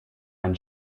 ein